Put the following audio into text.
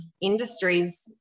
industries